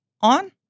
on